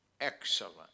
excellent